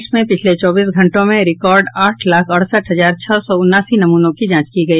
देश में पिछले चौबीस घंटों में रिकॉर्ड आठ लाख अड़सठ हजार छह सौ उनासी नमूनों की जांच की गई